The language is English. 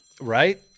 Right